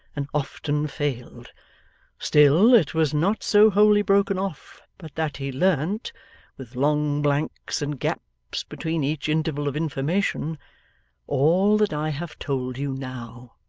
and often failed still, it was not so wholly broken off but that he learnt with long blanks and gaps between each interval of information all that i have told you now.